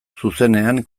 zuzenean